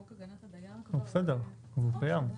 חוק הגנת הדייר כבר --- בסדר, אבל הוא קיים.